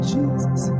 Jesus